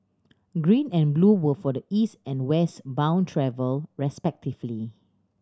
green and blue were for the East and West bound travel respectively